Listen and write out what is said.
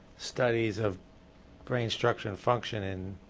studies of brain structure and function in